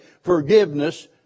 forgiveness